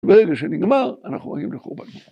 ברגע שנגמר, אנחנו מגיעים לחורבן